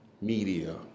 media